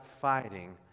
fighting